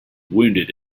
wounded